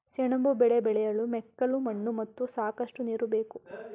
ಸೆಣಬು ಬೆಳೆ ಬೆಳೆಯಲು ಮೆಕ್ಕಲು ಮಣ್ಣು ಮತ್ತು ಸಾಕಷ್ಟು ನೀರು ಬೇಕು